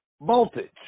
voltage